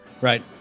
Right